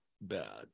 bad